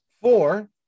Four